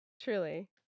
Truly